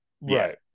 Right